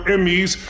Emmys